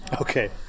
Okay